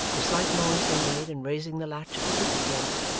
the slight noise they made in raising the latch of the wicket-gate,